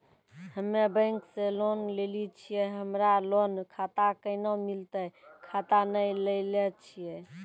हम्मे बैंक से लोन लेली छियै हमरा लोन खाता कैना मिलतै खाता नैय लैलै छियै?